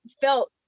felt